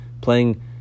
playing